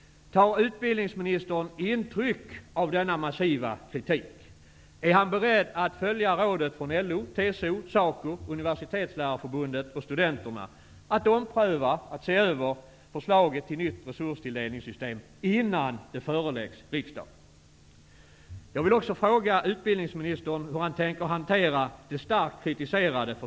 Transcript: Tar utbildningsministern intryck av denna massiva kritik? Är han beredd att följa rådet från LO, TCO, SACO, Universitetslärarförbundet och studenterna att se över förslaget till nytt resurstilldelningssystem innan det föreläggs riksdagen?